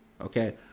Okay